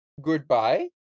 goodbye